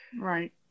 right